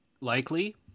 likely